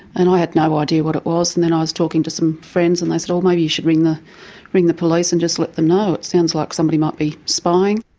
and i had no idea what it was and then i was talking to some friends and they said, oh, maybe you should ring the ring the police and just let them know. it sounds like somebody might be spying.